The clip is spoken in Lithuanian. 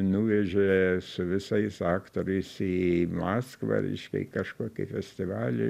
nuvežė su visais aktoriais į maskvą reiškia į kažkokį festivalį